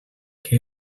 que